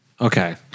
Okay